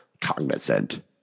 cognizant